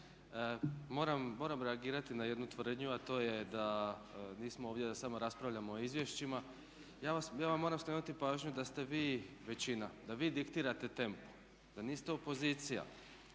moram reagirati na jednu tvrdnju, a to je da nismo ovdje da samo raspravljamo o izvješćima. Ja vam moram skrenuti pažnju da ste vi većina, da vi diktirate tempo, da niste opozicija,